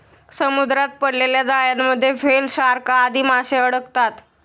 समुद्रात पडलेल्या जाळ्यांमध्ये व्हेल, शार्क आदी माशे अडकतात